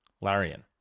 Larian